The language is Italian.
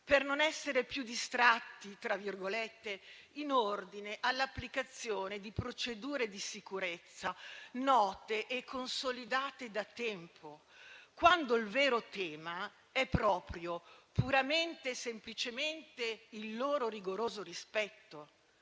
per non essere più "distratti" in ordine all'applicazione di procedure di sicurezza note e consolidate da tempo, quando il vero tema è proprio, puramente e semplicemente, il loro rigoroso rispetto.